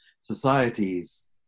societies